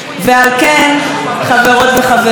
תחום תרבות אחרי תחום תרבות,